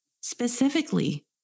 specifically